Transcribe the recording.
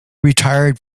retired